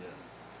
yes